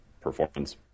performance